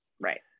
Right